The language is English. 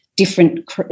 different